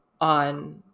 on